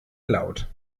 laut